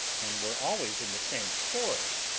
and were always in the same story,